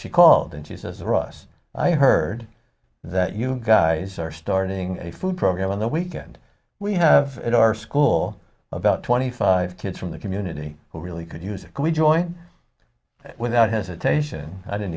she called and she says russ i heard that you guys are starting a food program on the weekend we have at our school about twenty five kids from the community who really could use a gui join without hesitation i didn't